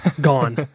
Gone